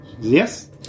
Yes